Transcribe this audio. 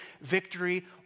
victory